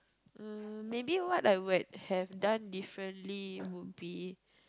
mm maybe what I would have done different would be